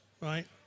right